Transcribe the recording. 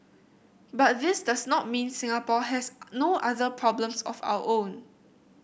but this does not mean Singapore has no other problems of our own